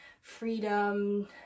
freedom